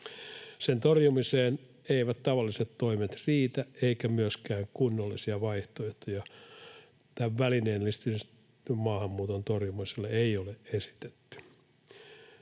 Sen torjumiseen eivät tavalliset toimet riitä, eikä myöskään kunnollisia vaihtoehtoja tämän välineellistetyn maahanmuuton torjumiselle ole esitetty.